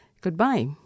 Goodbye